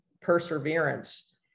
perseverance